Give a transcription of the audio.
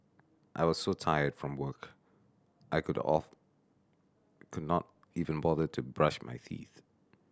I was so tired from work I could of could not even bother to brush my teeth